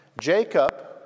Jacob